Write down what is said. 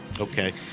Okay